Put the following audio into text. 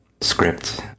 script